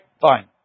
Fine